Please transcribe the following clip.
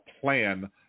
plan